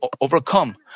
overcome